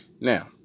Now